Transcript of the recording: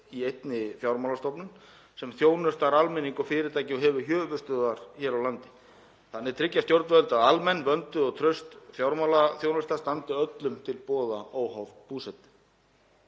einni fjármálastofnun sem þjónustar almenning og fyrirtæki og hefur höfuðstöðvar hér á landi. Þannig tryggja stjórnvöld að almenn, vönduð og traust fjármálaþjónusta standi öllum til boða óháð búsetu.